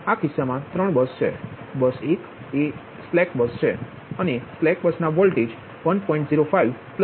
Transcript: આ કિસ્સામાં ત્રણ બસ છે બસ 1 એ એક સ્લેક બસ છે અને સ્લેક બસના વોલ્ટેજ 1